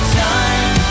time